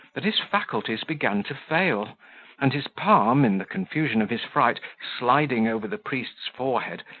that his faculties began to fail and his palm, in the confusion of his fright, sliding over the priest's forehead,